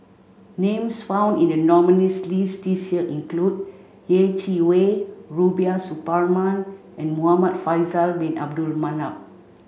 names found in the nominees' list this year include Yeh Chi Wei Rubiah Suparman and Muhamad Faisal bin Abdul Manap